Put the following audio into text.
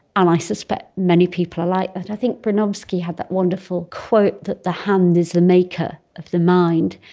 um i suspect many people are like that. i think brunovsky had that wonderful quote that the hand is the maker of the mind,